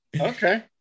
okay